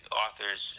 authors